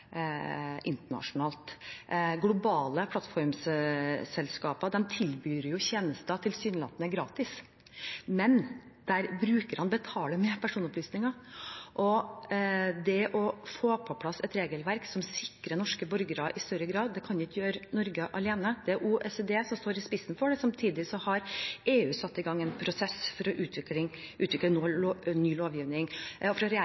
internasjonalt. Globale plattformselskaper tilbyr tjenester tilsynelatende gratis, men brukerne betaler med personopplysninger. Det å få på plass et regelverk som sikrer norske borgere i større grad, kan ikke Norge gjøre alene. Det er OECD som står i spissen for det. Samtidig har EU satt i gang en prosess for å utvikle ny lovgivning. Fra